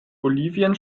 bolivien